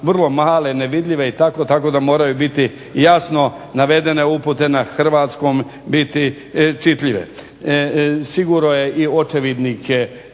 vrlo male, nevidljive i tako, tako da moraju biti jasno navedene upute na hrvatskom, biti čitljive. Sigurno je i očevidnik